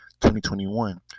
2021